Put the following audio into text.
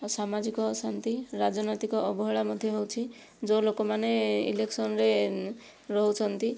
ଆଉ ସାମାଜିକ ଅଶାନ୍ତି ରାଜନୈତିକ ଅବହେଳା ମଧ୍ୟ ହେଉଛି ଯେଉଁ ଲୋକମାନେ ଇଲେକ୍ସନରେ ରହୁଛନ୍ତି